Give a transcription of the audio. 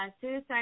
Suicide